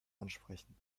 ansprechen